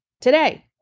today